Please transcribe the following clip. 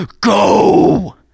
go